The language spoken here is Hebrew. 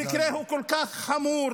המקרה הוא כל כך חמור.